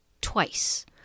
twice